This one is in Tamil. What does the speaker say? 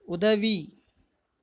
உதவி